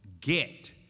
get